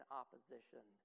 opposition